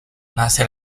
nace